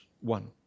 one